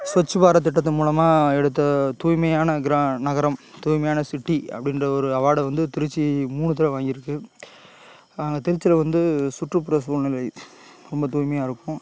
ஸ்வச்பாரத் திட்டத்தின் மூலமாக எடுத்த துாய்மையான கிரா நகரம் துாய்மையான சிட்டி அப்படின்ற ஒரு அவார்டை வந்து திருச்சி மூணு தடவை வாங்கிருக்கு திருச்சியில வந்து சுற்றுப்புற சூழ்நிலை ரொம்ப துாய்மையாக இருக்கும்